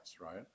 right